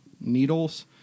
needles